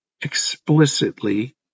explicitly